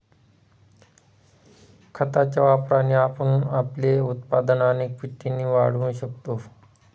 खताच्या वापराने आपण आपले उत्पादन अनेक पटींनी वाढवू शकतो